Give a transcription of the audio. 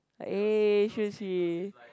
but eh shu qi